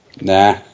Nah